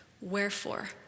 wherefore